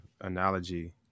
analogy